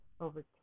over